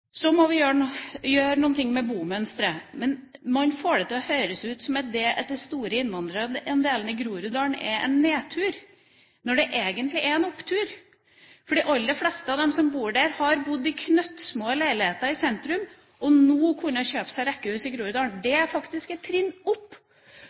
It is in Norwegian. Så må vi gjøre noe med bomønsteret. Man får det til å høres ut som om den store innvandrerandelen i Groruddalen er en nedtur, når det egentlig er en opptur. De aller fleste av dem som bor der, har bodd i knøttsmå leiligheter i sentrum, og det nå å kunne kjøpe seg rekkehus i Groruddalen